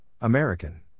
American